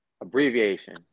Abbreviation